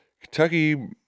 Kentucky